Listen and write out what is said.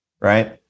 right